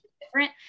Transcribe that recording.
different